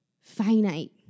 finite